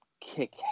kick